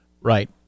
Right